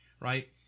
Right